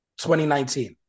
2019